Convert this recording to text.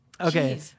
Okay